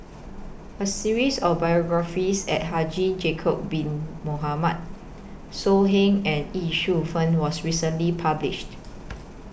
A series of biographies At Haji Bin Mohamed So Heng and Ye Shufang was recently published